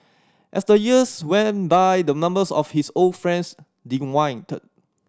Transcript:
as the years went by the numbers of his old friends dwindled